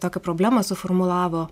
tokią problemą suformulavo